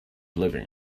living